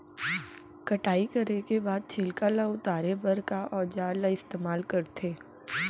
कटाई करे के बाद छिलका ल उतारे बर का औजार ल इस्तेमाल करथे?